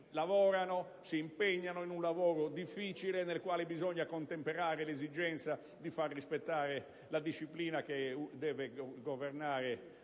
conto: si impegnano in un lavoro difficile, nel quale bisogna contemperare l'esigenza di far rispettare la disciplina che deve governare